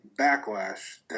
Backlash